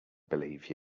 believe